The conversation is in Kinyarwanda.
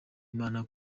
imana